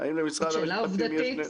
שאלה עובדתית,